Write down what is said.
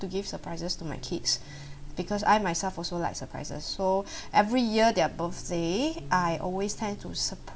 to give surprises to my kids because I myself also like surprises so every year their birthday I always tend to surprise